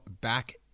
back